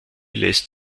lässt